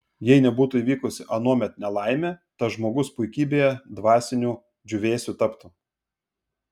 jei nebūtų įvykusi anuomet nelaimė tas žmogus puikybėje dvasiniu džiūvėsiu taptų